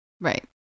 Right